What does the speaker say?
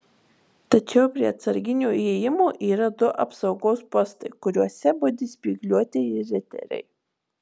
tačiau prie atsarginio įėjimo yra du apsaugos postai kuriuose budi spygliuotieji riteriai